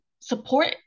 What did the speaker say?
support